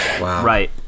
Right